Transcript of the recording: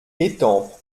étampes